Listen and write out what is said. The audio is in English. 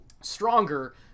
stronger